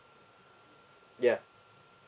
ya